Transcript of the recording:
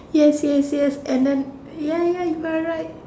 yes yes yes and then ya ya you got it right